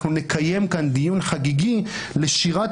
אנחנו נקיים כאן דיון חגיגי לשירת